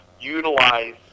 utilize